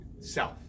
self